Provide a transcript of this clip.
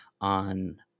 on